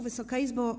Wysoka Izbo!